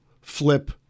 flip